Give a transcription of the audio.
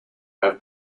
have